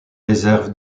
réserve